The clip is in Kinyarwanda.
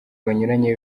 banyuranye